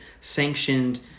sanctioned